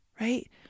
right